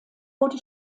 wurde